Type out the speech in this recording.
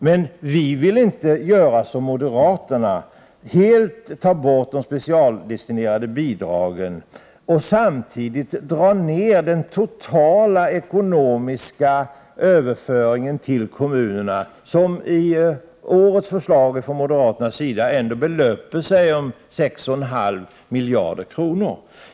Men vi vill inte göra som moderaterna och helt ta bort de specialdestinerade bidragen och samtidigt dra ner den totala ekonomiska överföringen till kommunerna, som i årets förslag från moderaterna ändå belöper sig till 6,5 miljarder kronor.